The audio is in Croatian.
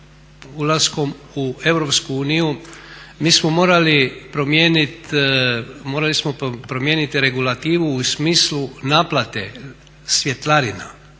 ulaskom u EU mi smo morali promijeniti regulativu u smislu naplate svjetlarina.